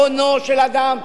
הונו של אדם,